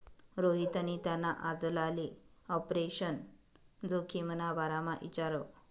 रोहितनी त्याना आजलाले आपरेशन जोखिमना बारामा इचारं